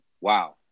Wow